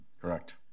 Correct